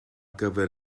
gyfer